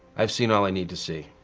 i've seen all i need to see.